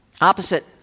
Opposite